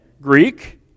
Greek